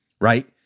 right